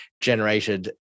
generated